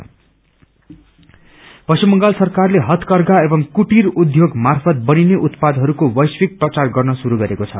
cottage industries Paschim Bangal सरकारले हथकर्षा एवं कुटिर उद्योग मार्फत बनिने उत्पादहरूको वैश्विक प्रचार गर्न श्रुरू गरेको छ